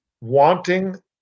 wanting